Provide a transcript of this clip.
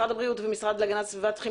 משרד הבריאות והמשרד להגנת הסביבה צריכים